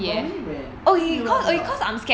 normally when 他不会乱 pee right